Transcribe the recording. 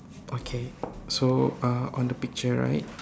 okay so uh on the picture right